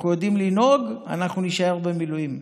אנחנו יודעים לנהוג, נישאר במילואים.